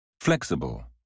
Flexible